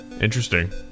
Interesting